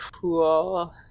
cool